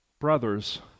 Brothers